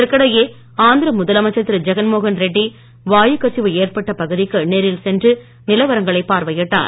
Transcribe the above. இதற்கிடையே ஆந்திர முதலமைச்சர் திரு ஜெகன்மோகன் ரெட்டி வாயுக் கசிவு ஏற்பட்ட நேரில் சென்று நிலவரங்களை பார்வையிட்டார்